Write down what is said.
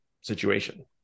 situation